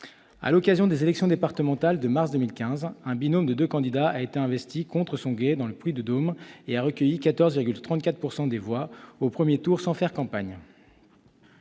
À l'occasion des élections départementales de mars 2015, un binôme de deux candidats a été investi contre son gré dans le Puy-de-Dôme et a recueilli 14,34 % des voix au premier tour sans faire campagne.